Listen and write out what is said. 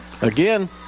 Again